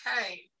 Okay